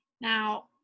now